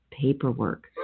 paperwork